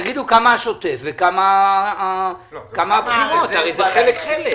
תגידו כמה השוטף וכמה הבחירות, הרי זה חלק-חלק.